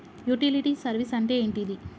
Utility service అంటే ఏంటిది?